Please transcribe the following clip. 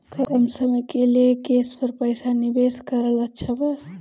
कम समय के लिए केस पर पईसा निवेश करल अच्छा बा?